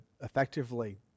effectively